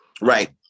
right